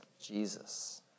Jesus